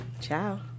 Ciao